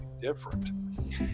different